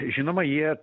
žinoma jie